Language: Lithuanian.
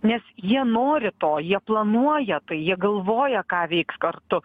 nes jie nori to jie planuoja tai jie galvoja ką veiks kartu